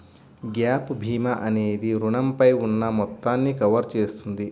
gap భీమా అనేది రుణంపై ఉన్న మొత్తాన్ని కవర్ చేస్తుంది